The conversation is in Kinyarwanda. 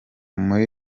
muri